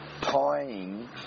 tying